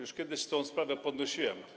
Już kiedyś tę sprawę podnosiłem.